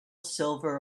silver